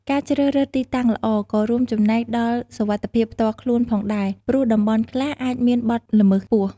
ការជ្រើសរើសទីតាំងល្អ ក៏រួមចំណែកដល់សុវត្ថិភាពផ្ទាល់ខ្លួនផងដែរ ព្រោះតំបន់ខ្លះអាចមានបទល្មើសខ្ពស់។